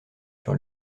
sur